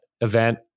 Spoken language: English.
event